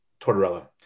Tortorella